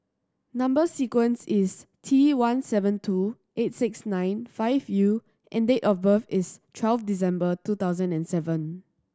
number sequence is T one seven two eight six nine five U and date of birth is twelve December two thousand and seven